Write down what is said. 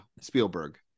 Spielberg